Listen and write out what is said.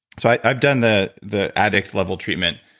so i've done the the addict level treatment,